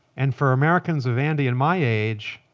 and for americans of andy and my age,